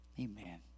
Amen